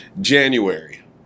January